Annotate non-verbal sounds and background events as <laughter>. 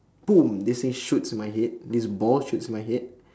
boom this thing shoots my head this ball shoots my head <breath>